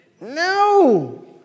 no